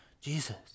Jesus